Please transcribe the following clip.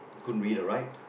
couldn't read or write